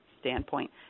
standpoint